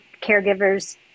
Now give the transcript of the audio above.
caregivers